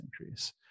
increase